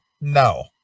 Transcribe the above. no